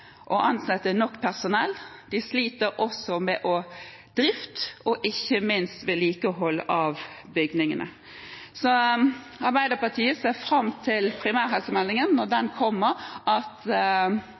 å ansette personell, med drift og ikke minst med vedlikehold av bygningene. Arbeiderpartiet ser fram til primærhelsemeldingen, når den kommer, og at regjeringen der klarer å løfte fram mange av disse problemstillingene, og ikke minst at